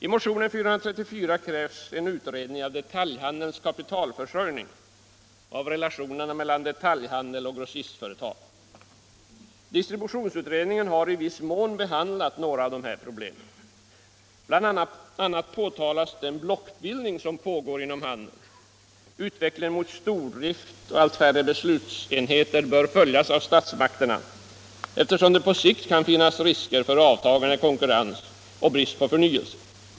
I motion 434 krävs en utredning av detaljhandelns kapitalförsörjning och av relationerna mellan detaljhandel och grossistföretag. Distributionsutredningen har i viss mån behandlat några av dessa problem. BI. a. påtalas den blockbildning som pågår inom handeln. Utvecklingen mot stordrift och allt färre beslutsenheter bör följas av statsmakterna, eftersom det på sikt kan finnas risker för avtagande konkurrens och brist på förnyelse.